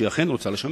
אכן לשמר,